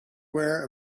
aware